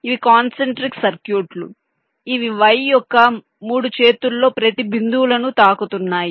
ఇవి కాన్సెంట్రిక్ సర్క్యూట్లు ఇవి Y యొక్క 3 చేతుల్లో ప్రతి బిందువులను తాకుతున్నాయి